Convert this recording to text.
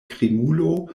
krimulo